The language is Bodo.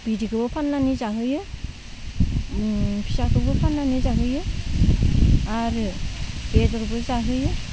बिदैखोबो फाननानै जाहोयो फिसाखोबो फाननानै जाहोयो आरो बेदरबो जाहोयो